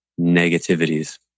negativities